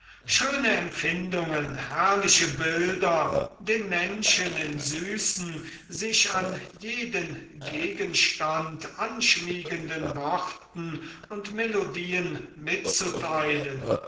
schöne empfindungen herrliche bilder den menschen in süßen sich an jeden gegenstand anschmiegenden worten und melodien mitzuteilen